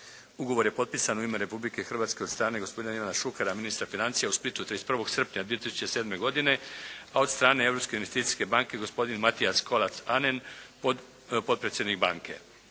Ugovor je potpisan u ime Republike Hrvatske od strane gospodina Ivana Šukera ministra financija u Splitu 31. srpnja 2007. godine, a od strane Europske investicijske banke gospodin Matthias Kollatz-Ahnen, potpredsjednik banke.